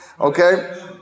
okay